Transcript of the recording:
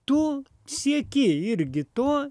tu sieki irgi to